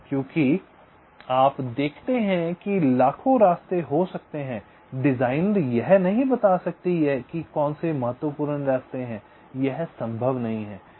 क्योंकि आप देखते हैं कि लाखों रास्ते हो सकते हैं डिजाइनर यह नहीं बता सकते कि ये मेरे महत्वपूर्ण रास्ते हैं यह संभव नहीं है